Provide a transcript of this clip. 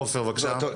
עופר, בבקשה.